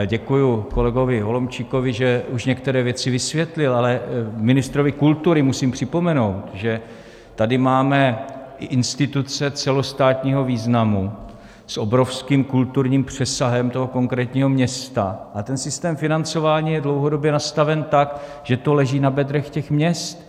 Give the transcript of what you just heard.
Děkuji kolegovi Holomčíkovi, že už některé věci vysvětlil, ale ministrovi kultury musím připomenout, že tady máme i instituce celostátního významu s obrovským kulturním přesahem toho konkrétního města, a ten systém financování je dlouhodobě nastaven tak, že to leží na bedrech těch měst.